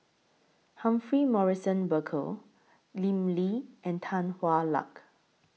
Humphrey Morrison Burkill Lim Lee and Tan Hwa Luck